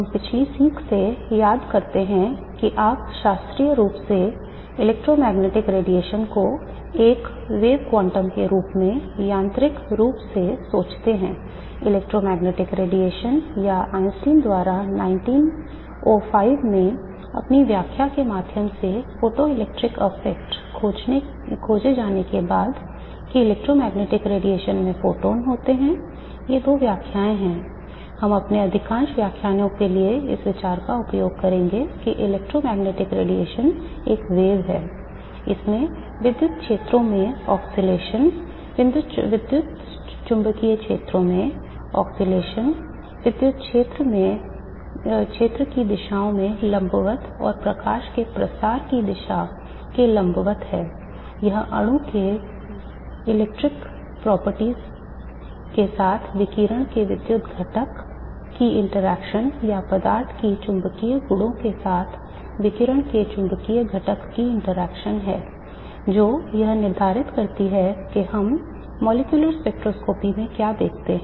हम पिछली सीख से याद करते हैं कि आप शास्त्रीय रूप से की इंटरेक्शन है जो यह निर्धारित करती है कि हम मॉलिक्यूलर स्पेक्ट्रोस्कोपी में क्या देखते हैं